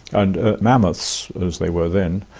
and mammoths, as they were then,